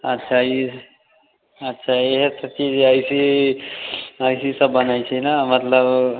अच्छा ई अच्छा ईहे अथी अइसे ही अइसेसब बनै छै ने मतलब